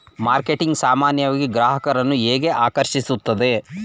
Marketing ಸಾಮಾನ್ಯವಾಗಿ ಗ್ರಾಹಕರನ್ನು ಹೇಗೆ ಆಕರ್ಷಿಸುತ್ತದೆ?